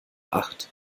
acht